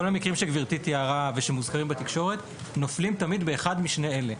כל המקרים שגברתי תיארה ושמוזכרים בתקשורת נופלים תמיד באחד משני אלה.